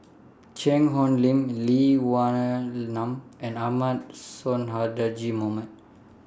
Cheang Hong Lim Lee Wee Nam and Ahmad Sonhadji Mohamad